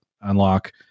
unlock